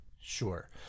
Sure